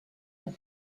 and